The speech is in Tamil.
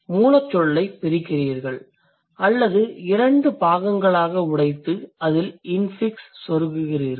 மூலச்சொல்லை பிரிக்கிறீர்கள் அல்லது இரண்டு பாகங்களாக உடைத்து அதில் இன்ஃபிக்ஸ் செருகுகிறீர்கள்